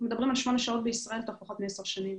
מדברים על שמונה שעות בישראל תוך פחות מ-10 שנים.